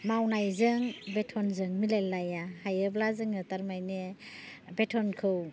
मावनायजों बेथनजों मिलाय लाया हायोब्ला जोङो थारमाइनि बेथनखौ